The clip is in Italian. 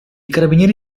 carabinieri